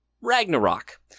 Ragnarok